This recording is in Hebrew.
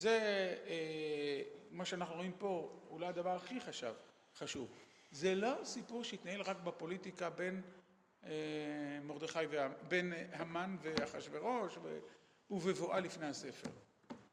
זה מה שאנחנו רואים פה, אולי הדבר הכי חשוב, חשוב, זה לא סיפור שהתנהל רק בפוליטיקה בין מרדכי, בין המן ואחשווראש ובבואה לפני הספר